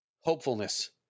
hopefulness